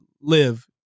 live